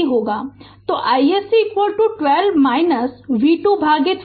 तो iSC 12 v 2 भागित 4